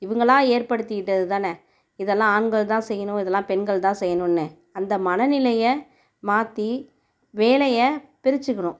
இவங்களா ஏற்படுத்திகிட்டதுதானே இதெல்லாம் ஆண்கள் தான் செய்யணும் இதெல்லாம் பெண்கள் தான் செய்யணுன்னு அந்த மன நிலையை மாற்றி வேலையை பிரிச்சுக்கணும்